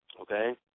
okay